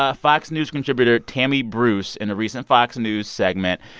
ah fox news contributor tammy bruce, in a recent fox news segment,